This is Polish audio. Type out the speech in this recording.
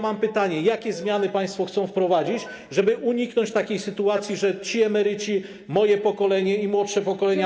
Mam pytanie: Jakie zmiany państwo chcą wprowadzić, żeby uniknąć takiej sytuacji, że ci emeryci, moje pokolenie i młodsze pokolenia.